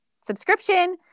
subscription